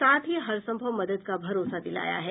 साथ ही हर सम्भव मदद का भरोसा दिलाया है